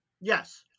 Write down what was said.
Yes